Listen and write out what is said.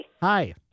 Hi